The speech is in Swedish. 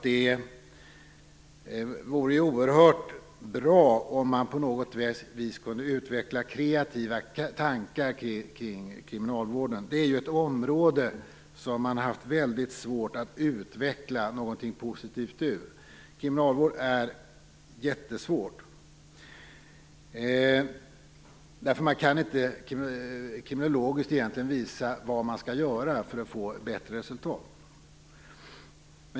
Det vore oerhört bra om man på något vis kunde utveckla kreativa tankar kring kriminalvården, ett område som det varit väldigt svårt att utveckla någonting positivt ur. Kriminalvård är något som är jättesvårt. Kriminologiskt kan man ju egentligen inte visa vad som skall göras för att få bättre resultat.